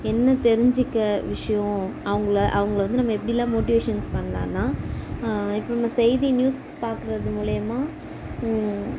என்ன தெரிஞ்சிக்க விஷியம் அவங்கள அவங்கள வந்து நம்ம எப்படிலாம் மோட்டிவேஷன்ஸ் பண்லான்னால் இப்போ நம்ம செய்தி நியூஸ் பார்க்கறது மூலிமா